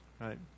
right